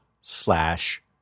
slash